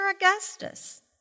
Augustus